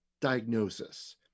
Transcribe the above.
diagnosis